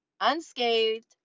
unscathed